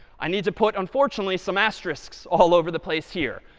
i need to put, unfortunately, some asterisks all over the place here.